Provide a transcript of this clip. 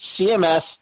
CMS